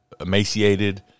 emaciated